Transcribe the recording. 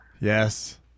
yes